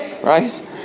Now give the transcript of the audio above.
Right